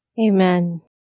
Amen